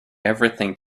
everything